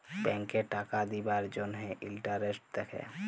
ব্যাংকে টাকা দিবার জ্যনহে ইলটারেস্ট দ্যাখে